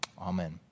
Amen